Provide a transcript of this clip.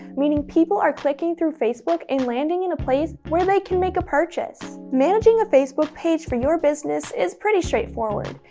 meaning people are clicking through facebook and landing in a place where they can make a purchase. managing a facebook page for your business is pretty straightforward.